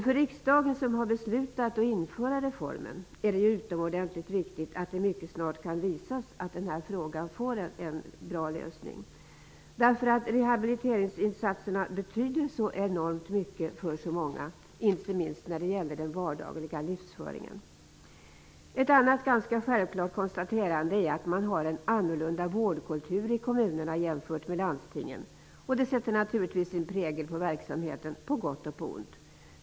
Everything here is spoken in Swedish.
För riksdagen som har beslutat att införa reformen är det utomordentligt viktigt att det mycket snart kan visas att den här frågan får en bra lösning. Rehabiliteringsinsatserna betyder så enormt mycket för så många, inte minst när det gäller den vardagliga livsföringen. Ett annat ganska självklart konstaterande är att man har en annorlunda vårdkultur i kommunerna än i landstingen. Det sätter naturligtvis sin prägel på verksamheten på gott och ont.